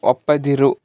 ಒಪ್ಪದಿರು